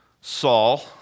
Saul